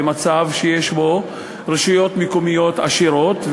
למצב שיש בו רשויות מקומיות עשירות,